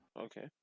Okay